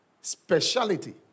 speciality